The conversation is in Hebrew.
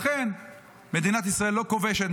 לכן מדינת ישראל לא כובשת.